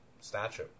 statue